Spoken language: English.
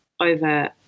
over